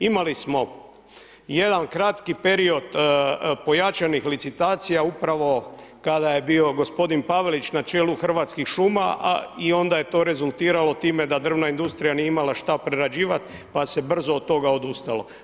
Imali smo jedan kratki period pojačanih licitacija, upravo kada je bio gospodin Pavelić na čelu Hrvatskih šuma i onda je to rezultiralo tima da drvna industrija nije imala šta prerađivati, pa se brzo od toga odustalo.